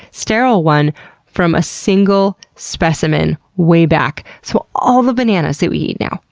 sterile one from a single specimen way back. so all the bananas that we eat now,